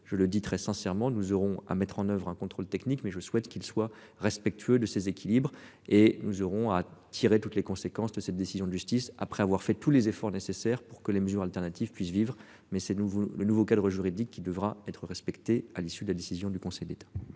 Je le dis très sincèrement, nous aurons à mettre en oeuvre un contrôle technique mais je souhaite qu'ils soient respectueux de ses équilibres et nous aurons à tirer toutes les conséquences de cette décision de justice, après avoir fait tous les efforts nécessaires pour que les mesures alternatives puissent vivre mais ces nouveaux le nouveau cadre juridique qui devra être respectée à l'issue de la décision du Conseil d'État.